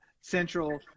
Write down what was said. Central